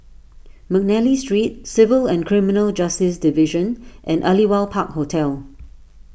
McNally Street Civil and Criminal Justice Division and Aliwal Park Hotel